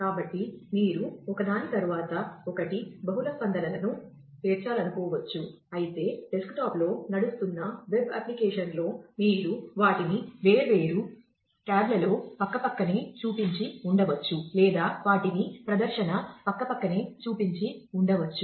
కాబట్టి మీరు ఒకదాని తరువాత ఒకటిగా బహుళ స్పందనలను పేర్చాలనుకోవచ్చు అయితే డెస్క్టాప్లో నడుస్తున్న వెబ్ అప్లికేషన్లో మీరు వాటిని వేర్వేరు ట్యాబ్లలో పక్కపక్కనే చూపించి ఉండవచ్చు లేదా వాటిని ప్రదర్శన పక్కపక్కనే చూపించి ఉండవచ్చు